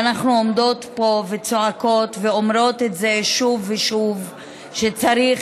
ואנחנו עומדות פה וצועקות ואומרות שוב ושוב שצריך